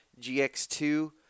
GX2